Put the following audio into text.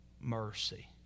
mercy